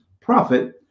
profit